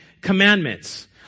Commandments